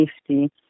safety